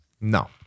no